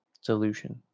solution